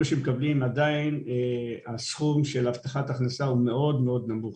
עדיין הסכום של הבטחת הכנסה הוא מאוד נמוך.